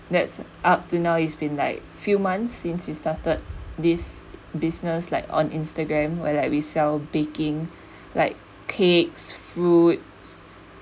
that's up to now it's been like few months since we started this business like on instagram where like we sell baking like cakes fruits